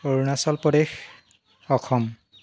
Arunachal Pradesh Assam